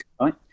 right